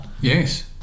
Yes